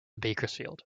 bakersfield